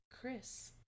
Chris